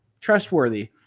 trustworthy